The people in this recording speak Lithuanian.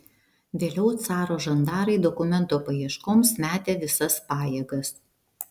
vėliau caro žandarai dokumento paieškoms metė visas pajėgas